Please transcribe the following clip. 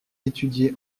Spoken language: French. étudié